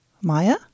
Maya